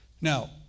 Now